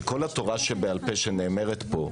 שכל התורה שבעל פה שנאמרת פה,